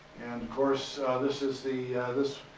and course this is the, this.